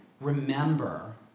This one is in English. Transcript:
Remember